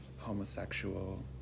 homosexual